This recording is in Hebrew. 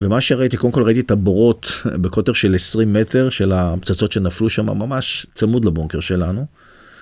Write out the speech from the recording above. ומה שראיתי, קודם כל ראיתי את הבורות בקוטר של 20 מטר של הפצצות שנפלו שם, ממש צמוד לבונקר שלנו.